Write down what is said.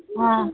ஆ